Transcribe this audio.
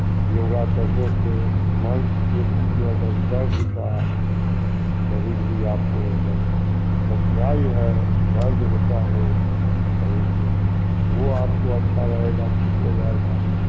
योगा करने से मांसपेशी में अगर दर्द का कहीं भी आपको अगर कठनाई है दर्द होता हो समझ लीजिए वह आपको अच्छा रहेगा ठीक हो जाएगा